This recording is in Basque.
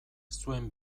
zuen